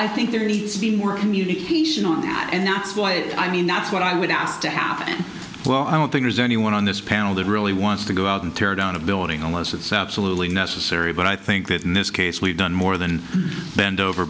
i think there needs to be more communication on that and that's what i mean that's what i would ask to happen well i don't think there's anyone on this panel that really wants to go out and tear down a building unless it's absolutely necessary but i think that in this case we've done more than bend over